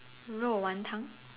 肉丸汤